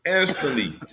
instantly